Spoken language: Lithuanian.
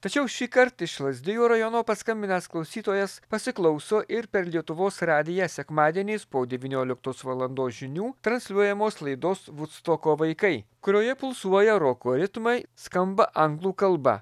tačiau šįkart iš lazdijų rajono paskambinęs klausytojas pasiklauso ir per lietuvos radiją sekmadieniais po devynioliktos valandos žinių transliuojamos laidos vudstoko vaikai kurioje pulsuoja roko ritmai skamba anglų kalba